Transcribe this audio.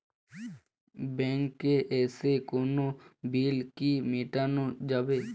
ব্যাংকে এসে কোনো বিল কি মেটানো যাবে?